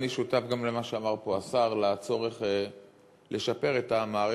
אני שותף גם למה שאמר פה השר על הצורך לשפר את המערכת,